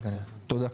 תודה.